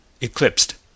eclipsed